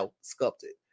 sculpted